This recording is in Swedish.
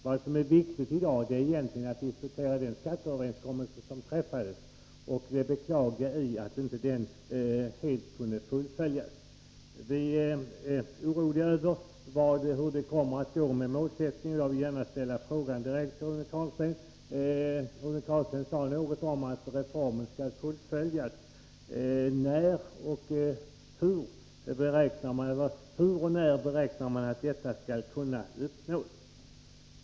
Vad som är viktigt i dag är egentligen att diskutera den skatteöverenskommelse som träffades och det beklagliga i att den inte helt kunde fullföljas. Vi är oroliga över hur det kommer att gå med målsättningen. Rune Carlstein sade något om att reformen skall fullföljas. Jag vill därför fråga: Hur och när beräknar man att detta skall kunna uppnås?